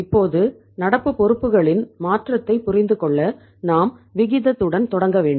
இப்போது நடப்பு பொறுப்புகளின் மாற்றத்தை புரிந்து கொள்ள நாம் விகிதத்துடன் தொடங்க வேண்டும்